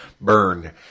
burn